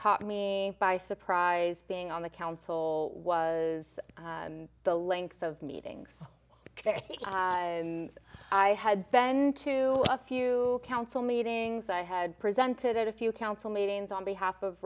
caught me by surprise being on the council was the length of meetings i had then to a few council meetings i had presented at a few council meetings on behalf